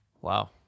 Wow